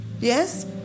yes